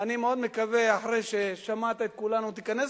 אני מאוד מקווה שאחרי ששמעת את כולנו תיכנס